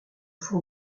fond